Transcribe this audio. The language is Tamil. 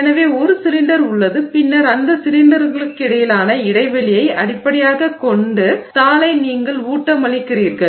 எனவே ஒரு சிலிண்டர் உள்ளது பின்னர் அந்த சிலிண்டர்களுக்கிடையிலான இடைவெளியை அடிப்படையாகக் கொண்டு தாளை நீங்கள் ஊட்டமளிக்கிறீர்கள்